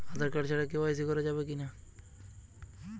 Aadhaar card ছাড়া কে.ওয়াই.সি করা যাবে কি না?